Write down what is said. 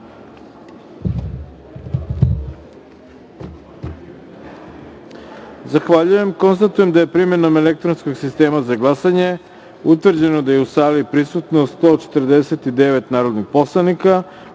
jedinice. Zahvaljujem. Konstatujem da je, primenom elektronskog sistema za glasanje, utvrđeno da je u sali prisutno 149 narodnih poslanika,